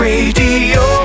Radio